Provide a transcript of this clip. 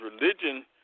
religion